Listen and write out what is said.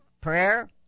prayer